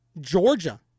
Georgia